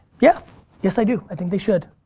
yeah yes i do, i think they should.